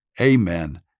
Amen